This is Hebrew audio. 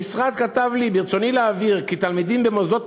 המשרד כתב לי: ברצוני להבהיר כי תלמידים במוסדות